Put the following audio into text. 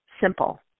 simple